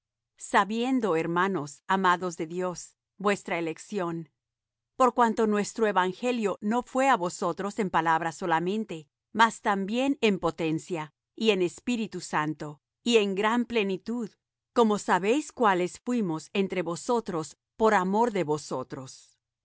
sabiendo hermanos amados de dios vuestra elección por cuanto nuestro evangelio no fué á vosotros en palabra solamente mas también en potencia y en espíritu santo y en gran plenitud como sabéis cuáles fuimos entre vosotros por amor de vosotros